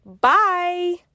Bye